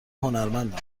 هنرمندم